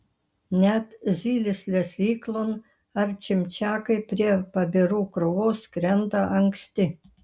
net zylės lesyklon ar čimčiakai prie pabirų krūvos skrenda anksti